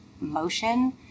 motion